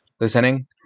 listening